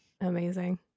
amazing